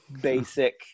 basic